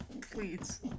Please